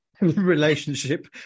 relationship